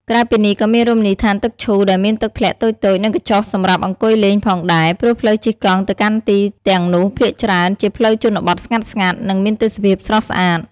ក្រៅពីនេះក៏មានរមណីយដ្ឋានទឹកឈូ ដែលមានទឹកធ្លាក់តូចៗ និងក្យូសសម្រាប់អង្គុយលេងផងដែរ ព្រោះផ្លូវជិះកង់ទៅកាន់ទីតាំងនោះភាគច្រើនជាផ្លូវជនបទស្ងាត់ៗ និងមានទេសភាពស្រស់ស្អាត។